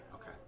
Okay